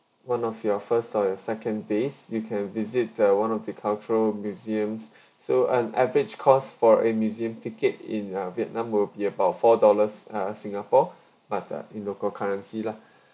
one of your first or your second days you can visit the one of the cultural museums so an average cost for a museum ticket in uh vietnam will be about four dollars uh singapore but uh in local currency lah